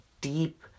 deep